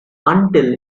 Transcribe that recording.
until